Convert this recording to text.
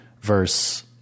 verse